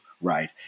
right